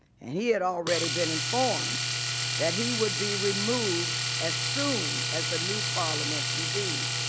and he had already been informed that he would be removed as soon as the new parliament convened.